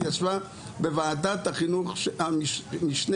היא ישבה בוועדת חינוך המשנה,